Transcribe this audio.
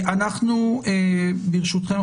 אנחנו ברשותכם,